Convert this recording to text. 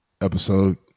episode